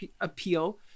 appeal